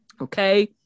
okay